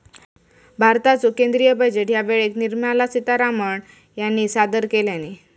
भारताचो केंद्रीय बजेट ह्या वेळेक निर्मला सीतारामण ह्यानी सादर केल्यानी